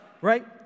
right